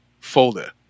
folder